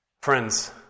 Friends